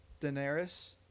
daenerys